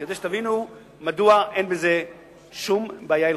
כדי שתבינו מדוע אין בזה שום בעיה הלכתית.